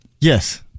Yes